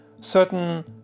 certain